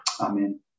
amen